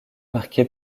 marqué